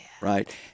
Right